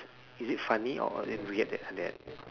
is it funny or or didn't react that to that